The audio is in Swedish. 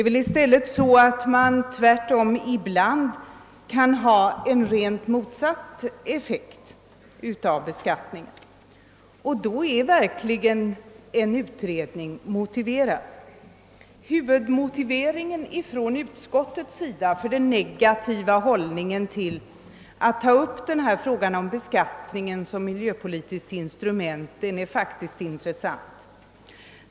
Tvärtom kan väl beskattningen ibland få en rent motsatt effekt, och därför är en utredning verkligen motiverad. Utskottets huvudmotivering för sin negativa hållning till att ta upp frågan om beskattningen som miljöpolitiskt instrument är faktiskt intressant.